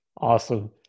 Awesome